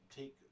take